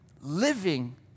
living